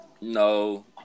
No